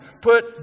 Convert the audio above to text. put